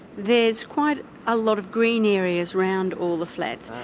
there's quite a lot of green areas around all the flats,